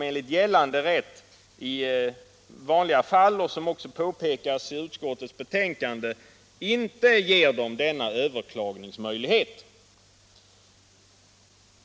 Enligt gällande rätt, vilket också påpekas i utskottsbetänkandet, har de inte denna överklagningsmöjlighet.